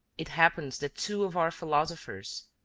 it happens that two of our philosophers,